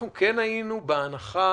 בהנחה